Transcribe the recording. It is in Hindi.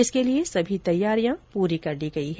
इसके लिए सभी तैयारियां पूरी कर ली गई हैं